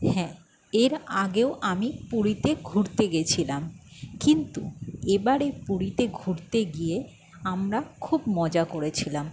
হ্যাঁ এর আগেও আমি পুরীতে ঘুরতে গিয়েছিলাম কিন্তু এবারে পুরীতে ঘুরতে গিয়ে আমরা খুব মজা করেছিলাম